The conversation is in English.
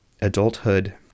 adulthood